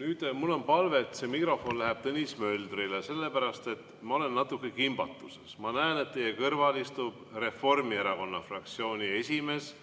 Nüüd mul on palve, et mikrofon läheb Tõnis Möldrile, sellepärast et ma olen natuke kimbatuses. Ma näen, et teie kõrval istub Reformierakonna fraktsiooni esimees,